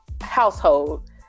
household